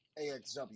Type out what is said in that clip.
AXW